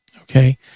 Okay